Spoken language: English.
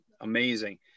amazing